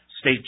state